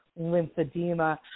Lymphedema